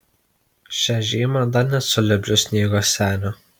šią žiemą dar nesu lipdžius sniego senio